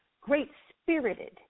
great-spirited